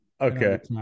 okay